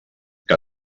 que